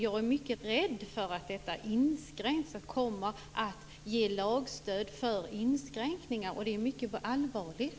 Jag är mycket rädd för att detta inskränks, att det kommer att ge lagstöd för inskränkningar, och det är mycket allvarligt.